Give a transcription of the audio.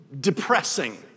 depressing